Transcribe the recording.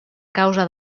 causa